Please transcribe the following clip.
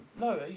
no